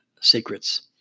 secrets